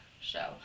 show